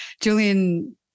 Julian